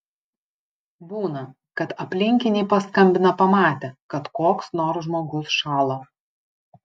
būna kad aplinkiniai paskambina pamatę kad koks nors žmogus šąla